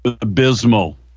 abysmal